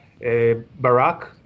Barack